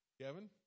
Kevin